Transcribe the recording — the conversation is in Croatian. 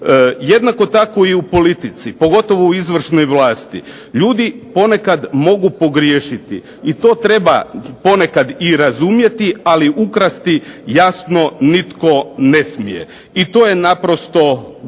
Jednako tako i u politici, pogotovo u izvršnoj vlasti. Ljudi ponekad mogu pogriješiti i to treba ponekad i razumjeti, ali ukrasti jasno nitko ne smije. I to je naprosto bit.